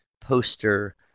poster